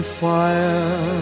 fire